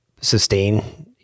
sustain